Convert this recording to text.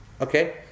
Okay